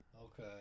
Okay